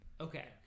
Okay